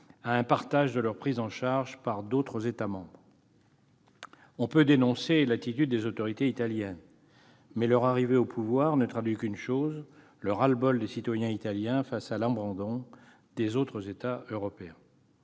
à un partage de leur prise en charge avec d'autres États membres. On peut dénoncer l'attitude des autorités italiennes, mais leur arrivée au pouvoir ne traduit qu'une chose : le ras-le-bol des citoyens italiens devant l'abandon des autres États européens.